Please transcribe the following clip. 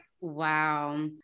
wow